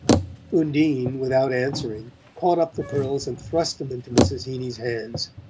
undine, without answering, caught up the pearls and thrust them into mrs. heeny's hands.